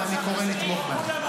ואני קורא לתמוך בו.